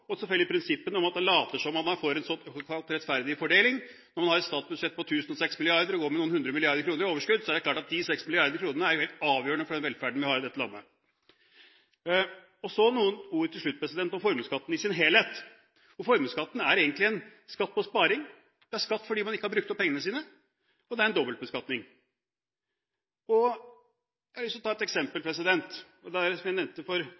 og personlig sparing, som ikke er en del av næringsvirksomheten, skal regnes som skattbar formue. Igjen en måte å gjøre det på. Så det er mulig å få det til. Det er viljen det skorter på – og selvfølgelig prinsippet om at man later som at man får såkalt rettferdig fordeling. Når man har et statsbudsjett på 1 006 mrd. kr og går med noen hundre milliarder kroner i overskudd, er det klart at de 6 mrd. kr jo er helt avgjørende for den velferden vi har i dette landet. Så til slutt noen ord om formuesskatten i sin helhet. Formuesskatten er egentlig en skatt på sparing. Det er skatt